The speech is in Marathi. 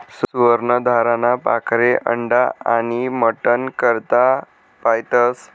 सुवर्ण धाराना पाखरे अंडा आनी मटन करता पायतस